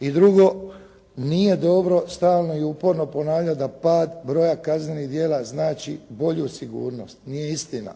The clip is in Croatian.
I drugo, nije dobro stalno i uporno ponavljati da pad broja kaznenih djela znači bolju sigurnost. Nije istina.